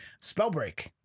Spellbreak